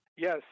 Yes